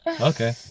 Okay